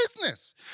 business